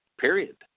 period